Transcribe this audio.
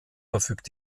verfügt